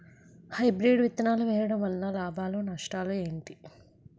Hybrid విత్తనాలు వేయటం వలన లాభాలు నష్టాలు ఏంటి?